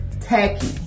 tacky